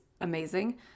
amazing